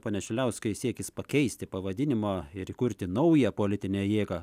pone šiliauskai siekis pakeisti pavadinimą ir įkurti naują politinę jėgą